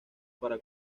para